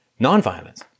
nonviolence